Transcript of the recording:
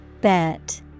Bet